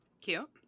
Cute